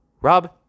Rob